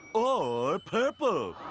or purple,